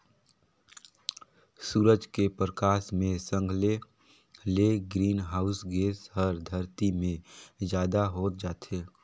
सूरज के परकास मे संघले ले ग्रीन हाऊस गेस हर धरती मे जादा होत जाथे